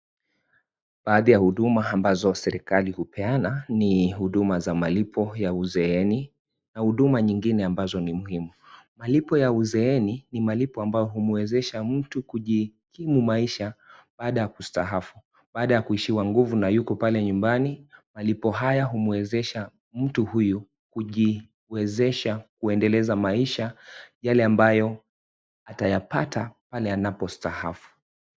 Baadhi ya huduma ambazo serikali hupeana ni huduma za malipo ya uzeeni na huduma nyingine ambazo ni muhimu, malipo ya uzeeni ni malipo ambayo humwezesha mtu kujikimu maisha baada ya kustaafu, baada ya kuishiwa nguvu na yuko pale nyumbani malipo haya humwezesha mtu huyu kujiwezesha kuendeleza maisha yale ambayo atayapata pale anapostaafu.